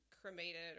cremated